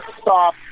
stop